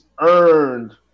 earned